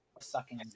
sucking